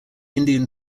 indian